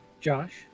Josh